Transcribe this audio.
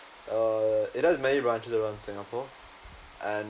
uh it does many branches around singapore and